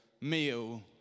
meal